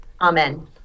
Amen